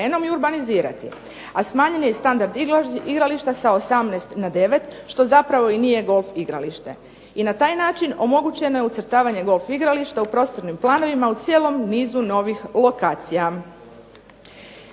a smanjen je i standard igrališta sa 18 na 9 što zapravo i nije golf igralište. I na taj način omogućeno je ucrtavanje golf igrališta u prostornim planovima u cijelom nizu novih lokacija.